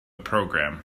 program